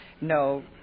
No